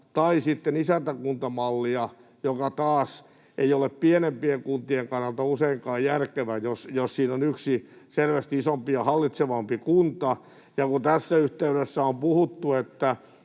tai sitten isäntäkuntamallia, joka taas ei ole pienempien kuntien kannalta useinkaan järkevä, jos siinä on yksi selvästi isompi ja hallitsevampi kunta. Kun tässä yhteydessä on puhuttu,